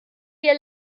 wir